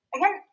Again